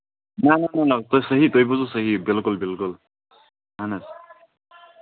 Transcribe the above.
نہ نہ نہ نہ تۄہہِ صحیح تۄہہِ بوٗزوُ صحیح بِلکُل بِلکُل اَہن حظ